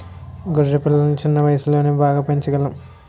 గొర్రె పిల్లలను చిన్న వయసులోనే బాగా పెంచగలం